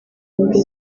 imbere